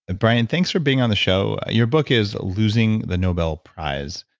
and brian, thanks for being on the show. your book is losing the nobel prize,